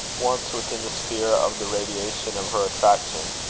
once within the sphere of the radiation of her attraction,